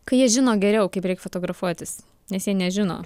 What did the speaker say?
kai jie žino geriau kaip reik fotografuotis nes jie nežino